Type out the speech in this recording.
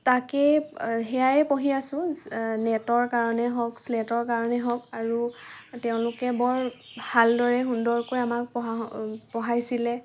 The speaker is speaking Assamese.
তাকে সেয়ায়ে পঢ়ি আছো নেটৰ কাৰণে হওক স্লেটৰ কাৰণে হওক আৰু তেওঁলোকে বৰ ভাল দৰে সুন্দৰকৈ আমাক পঢ়াইছিলে